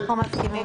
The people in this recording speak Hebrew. אנחנו מסכימים.